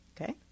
Okay